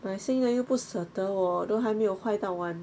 买新的又不舍得 [wor] 都还没有坏到完